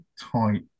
tight